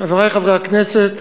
חברי חברי הכנסת,